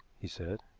he said.